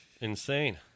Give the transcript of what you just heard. insane